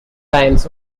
times